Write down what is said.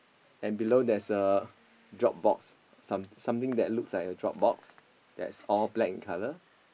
and below there's a drop box some something that looks like a drop box that's all black in colour